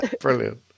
Brilliant